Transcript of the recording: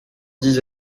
dix